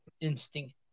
instinct